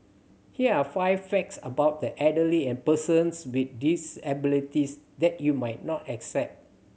here are five facts about the elderly and persons with disabilities that you might not expect